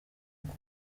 ngo